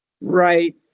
Right